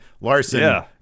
Larson